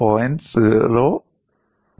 80 ആണ്